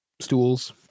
stools